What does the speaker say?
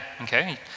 okay